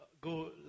go